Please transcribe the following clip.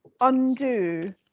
undo